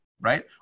right